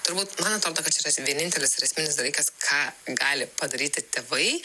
turbūt man atrodo kad čia yra vienintelis ir esminis dalykas ką gali padaryti tėvai